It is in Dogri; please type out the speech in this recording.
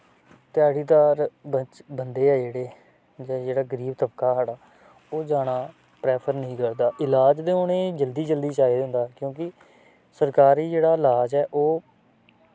ध्याड़ीदार बच बंदे ऐ जेह्ड़े जां जेह्ड़ा गरीब तबका साढ़ा ओह् जाना प्रैफर निं करदा इलाज ते उ'नें गी जल्दी जल्दी चाहिदा होंदा क्यूंकि सरकारी जेह्ड़ा लाज ऐ ओह्